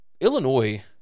Illinois